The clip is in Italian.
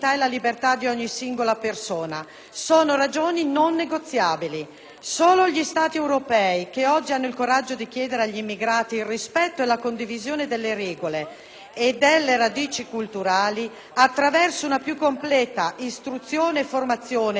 Sono ragioni non negoziabili. Solo gli Stati europei che oggi hanno il coraggio di chiedere agli immigrati il rispetto e la condivisione delle regole e delle radici culturali, attraverso una più completa istruzione e formazione ed attraverso la conoscenza adeguata,